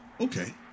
Okay